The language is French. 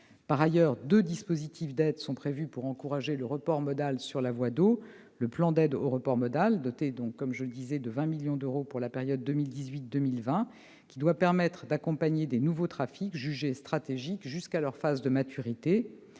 Par ailleurs, deux dispositifs d'aides sont prévus pour encourager le report modal sur la voie d'eau. Le premier est le plan d'aide au report modal, doté, je le disais, de 20 millions d'euros pour la période 2018-2020 ; il doit permettre d'accompagner de nouveaux trafics, jugés stratégiques, jusqu'à leur phase de maturité.